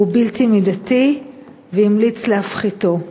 הוא בלתי מידתי והמליץ להפחיתו.